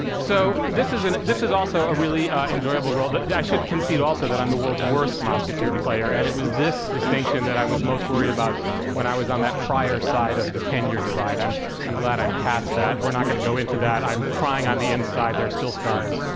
so this is and this is also a really enjoyable role. i should concede also that i'm the world's worst mouseketeer player, and it was this distinction that i was most worried about when i was on that prior side of the tenure divide. i'm i'm glad i'm past that. we're not going to go into that. i'm crying on the inside. there are still scars.